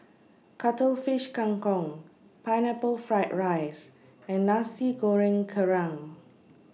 Cuttlefish Kang Kong Pineapple Fried Rice and Nasi Goreng Kerang